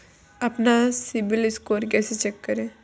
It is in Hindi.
अपना सिबिल स्कोर कैसे चेक करें?